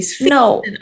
no